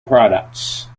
products